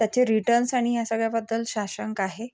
त्याचे रिटर्न्स आणि ह्या सगळ्याबद्दल साशंक आहे